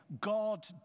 God